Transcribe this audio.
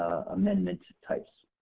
amendment types.